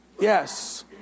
Yes